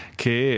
che